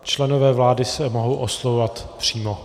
Členové vlády se mohou oslovovat přímo.